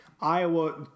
Iowa